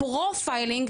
ה"פרופיילינג",